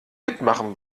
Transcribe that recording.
mitmachen